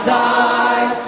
die